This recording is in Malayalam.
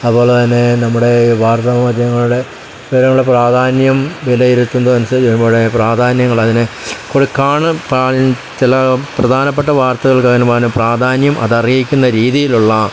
അതുപോലെ തന്നെ നമ്മുടെ വാർത്താ മാധ്യമങ്ങളുടെ നിലവിലുള്ള പ്രാധാന്യം വിലയിരുത്തുന്നത് അനുസരിച്ച് വരുമ്പോൾ പ്രാധാന്യങ്ങൾ അതിന് കൊടുക്കാനും ചില പ്രധാനപ്പെട്ട വാർത്തകൾക്ക് അതിന് വളരെ പ്രാധാന്യം അത് അർഹിക്കുന്ന രീതിയിലുള്ള